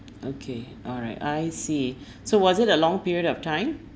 okay alright I see so was it a long period of time